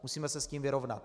Musíme se s tím vyrovnat.